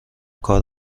کار